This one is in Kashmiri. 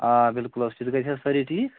آ بِلکُل حظ چھِ حظ سٲری ٹھیٖک